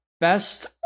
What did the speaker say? best